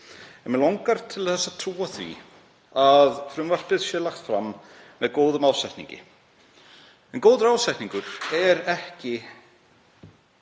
Mig langar til að trúa því að frumvarpið sé lagt fram með góðum ásetningi en góður ásetningur er ekki